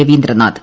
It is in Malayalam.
രവീന്ദ്രനാഥ്